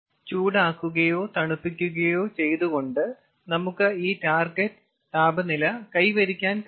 ചൂടാക്കുകയോ തണുപ്പിക്കുകയോ ചെയ്തുകൊണ്ട് നമുക്ക് ഈ ടാർഗെറ്റ് താപനില കൈവരിക്കാൻ കഴിയും